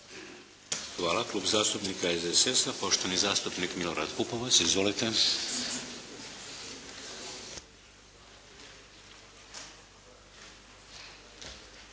Hvala. Klub zastupnika SDSS-a, poštovani zastupnik Milorad Pupovac. Izvolite.